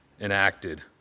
enacted